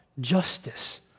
justice